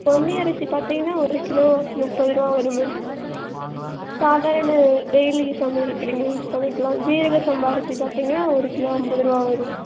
பொன்னி அரிசி பார்த்தீங்கனா ஒரு கிலோ முப்பதுரூபா வரும் மேம் சாதாரண டெய்லி சமையலுக்கு நீங்கள் யூஸ் பண்ணிக்கலாம் ஜீரக சம்பா அரிசி பார்த்தீங்கனா ஒரு கிலோ ஐம்பதுரூபா வரும்